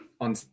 on